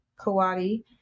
Kawadi